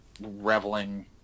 reveling